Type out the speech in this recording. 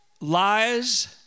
lies